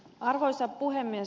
arvoisa puhemies